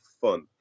fun